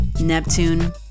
Neptune